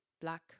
Black